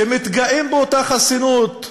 שמתגאים באותה חסינות: